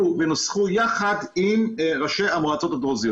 ונוסחו יחד עם ועד ראשי המועצות הדרוזיות.